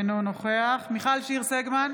אינו נוכח מיכל שיר סגמן,